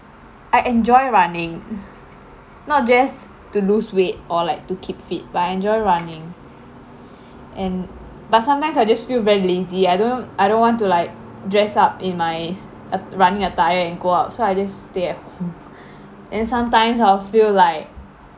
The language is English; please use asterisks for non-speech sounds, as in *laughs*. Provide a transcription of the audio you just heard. I enjoy running *laughs* not just to lose weight or like to keep fit but I enjoy running and but sometimes I just feel very lazy I don't I don't want to like dress up in my *laughs* uh running attire and go out so I just stay at home *laughs* then sometimes I'll feel like